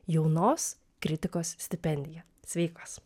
jaunos kritikos stipendija sveikos